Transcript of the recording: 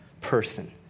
person